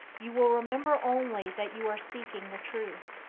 you will remember only that you are seeking the truth.